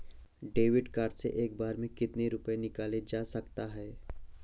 David card से एक बार में कितनी रूपए निकाले जा सकता है?